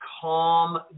calm